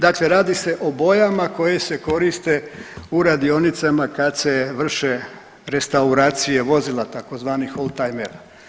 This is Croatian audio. Dakle, radi se o bojama koje se koriste u radionicama kad se vrše restauracije vozila, tzv. oldtimera.